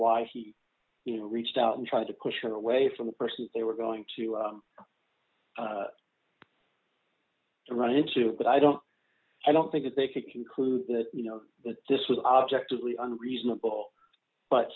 why he reached out and tried to push her away from the person they were d going to run into but i don't i don't think that they could conclude that you know this was objectively reasonable but